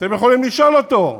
אתם יכולים לשאול אותו.